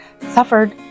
suffered